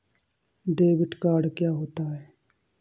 Debit card क्या होता है?